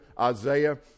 Isaiah